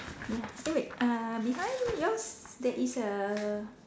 ya eh wait uh behind yours there is a